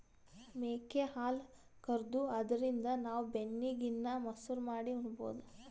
ಮೇಕೆ ಹಾಲ್ ಕರ್ದು ಅದ್ರಿನ್ದ್ ನಾವ್ ಬೆಣ್ಣಿ ಗಿಣ್ಣಾ, ಮಸರು ಮಾಡಿ ಉಣಬಹುದ್